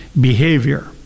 behavior